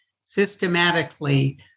systematically